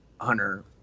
Hunter